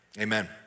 amen